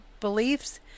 beliefs